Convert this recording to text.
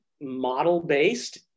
model-based